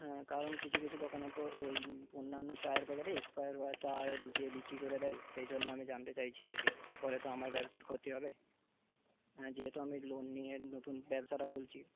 হ্যাঁ কারণ কিছু কিছু দোকানে তো ওই অন্যান্য চায়ের প্যাকেটে এক্সপায়ার হওয়া চা ঢুকিয়ে বিক্রি করে দেয় সেইজন্য আমি জানতে চাইছি আর কি পরে তো আমার ব্যবসার ক্ষতি হবে হ্যাঁ যেহেতু আমি লোন নিয়ে নতুন ব্যবসাটা খুলছি